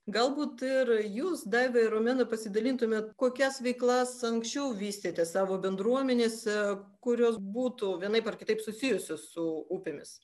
galbūt ir jūs daiva ir romena pasidalintumėt kokias veiklas anksčiau vystėte savo bendruomenėse kurios būtų vienaip ar kitaip susijusios su upėmis